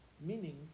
Meaning